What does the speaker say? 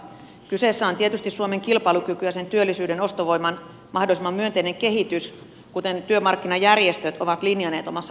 kyseessä on tietysti suomen kilpailukyky ja sen työllisyyden ostovoiman mahdollisimman myönteinen kehitys kuten työmarkkinajärjestöt ovat linjanneet omassa päätöksessään